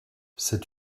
c’est